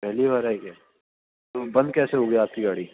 پہلی بار آئی ہے تو بند کیسے ہو گئی آپ کی گاڑی